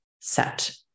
set